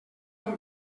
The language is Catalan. amb